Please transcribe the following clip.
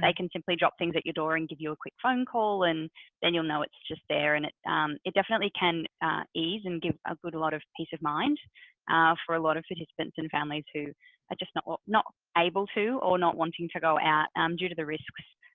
they can simply drop things at your door and give you a quick phone call. and then you'll know it's just there. and it it definitely can ease and give a good a lot of peace of mind for a lot of participants and families who are just not not able to or not wanting to go out um due to the risks